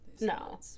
No